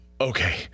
okay